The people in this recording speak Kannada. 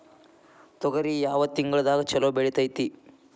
ತೊಗರಿ ಯಾವ ತಿಂಗಳದಾಗ ಛಲೋ ಬೆಳಿತೈತಿ?